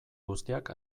guztiak